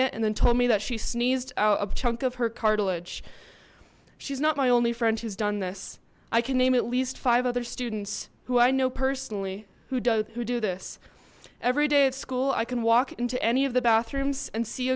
it and then told me that she sneezed a chunk of her cartilage she's not my only friend who's done this i can name at least five other students who i know personally who does who do this every day at school i can walk into any of the bathrooms and see